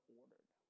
ordered